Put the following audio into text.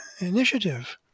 initiative